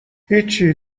هیچی